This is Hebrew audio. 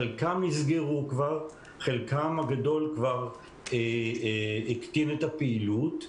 חלקם נסגרו כבר, חלקם הגדול הקטינו את הפעילות.